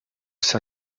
sein